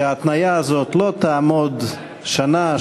שההתניה הזאת לא תעמוד שנה,